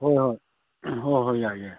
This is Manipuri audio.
ꯍꯣꯏ ꯍꯣꯏ ꯍꯣꯏ ꯍꯣꯏ ꯌꯥꯏ ꯌꯥꯏ